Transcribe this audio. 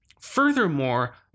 Furthermore